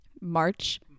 March